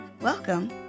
Welcome